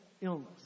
illness